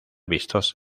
vistos